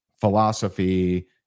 philosophy